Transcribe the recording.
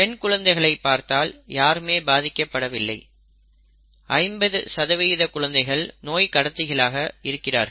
பெண் குழந்தைகளைப் பார்த்தால் யாருமே பாதிக்கப்படவில்லை 50 குழந்தைகள் நோய் கடத்திகளாக இருக்கிறார்கள்